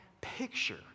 picture